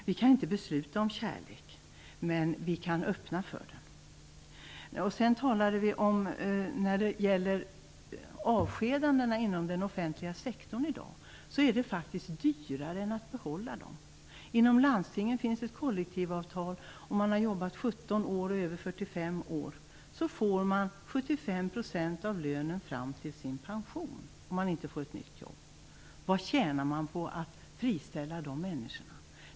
Vi kan inte besluta om kärlek, men vi kan öppna för den. Sedan talade vi också om avskedande inom den offentliga sektorn. Det är faktiskt dyrare än att behålla människorna. Inom landstingen finns ett kollektivavtal. Har man jobbat i 17 år och är över 45 år får man 75 % av lönen fram till sin pension om man inte får ett nytt jobb. Vad tjänar man på att friställa de människorna?